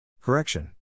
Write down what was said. Correction